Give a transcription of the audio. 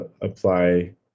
apply